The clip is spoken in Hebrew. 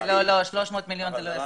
300 מיליון לא מספיק.